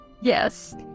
yes